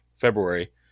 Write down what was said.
February